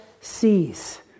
sees